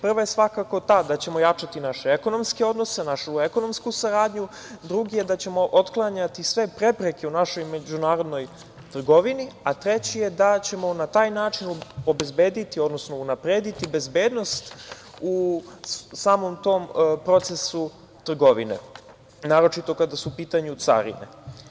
Prva je svakako ta da ćemo jačati naše ekonomske odnose, našu ekonomsku saradnju, drugi je da ćemo otklanjati sve prepreke u našoj međunarodnoj trgovini, a treći je da ćemo na taj način obezbediti, odnosno unaprediti bezbednost u samom tom procesu trgovine, naročito kada su u pitanju carine.